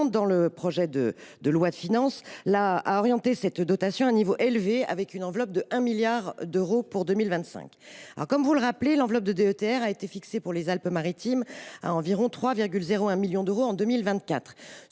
fait le choix de maintenir cette dotation à un niveau élevé, avec une enveloppe de 1 milliard d’euros pour 2025. Comme vous le rappelez, l’enveloppe de DETR a été fixée pour les Alpes Maritimes à 3,01 millions d’euros en 2024.